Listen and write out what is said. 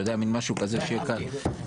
אתה יודע, משהו כזה, שיהיה קל.